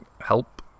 help